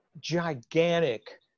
gigantic